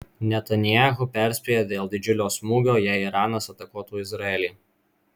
netanyahu perspėja dėl didžiulio smūgio jei iranas atakuotų izraelį